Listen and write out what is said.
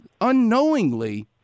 unknowingly